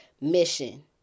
mission